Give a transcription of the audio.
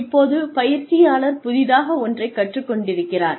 இப்போது பயிற்சியாளர் புதிதாக ஒன்றைக் கற்றுக் கொண்டிருக்கிறார்